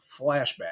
Flashback